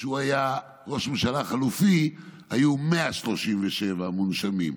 כשהוא היה ראש ממשלה חלופי, היו 137 מונשמים,